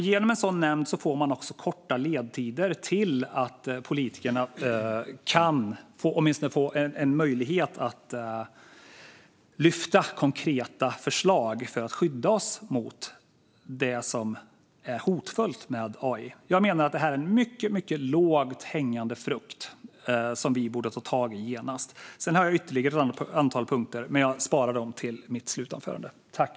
Genom en sådan nämnd får man också korta ledtider till att politikerna åtminstone kan få en möjlighet att lyfta konkreta förslag för att skydda oss mot det som är hotfullt med AI. Jag menar att det här är en mycket lågt hängande frukt, som vi borde ta tag i genast. Jag har alltså ytterligare ett antal punkter, men jag sparar dem till mitt slutinlägg.